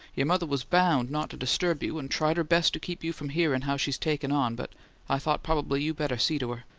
your mother was bound not to disturb you, and tried her best to keep you from hearin' how she's takin' on, but i thought probably you better see to her.